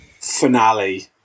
finale